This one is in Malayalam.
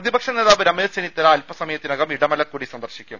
പ്രതിപക്ഷ നേതാവ് രമേശ് ചെന്നിത്തല അൽപ്പസമയത്തി നകം ഇടമലക്കുടി സന്ദർശിക്കും